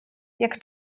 jak